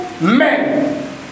men